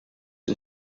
and